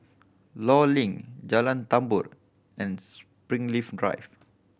Law Link Jalan Tambur and Springleaf Drive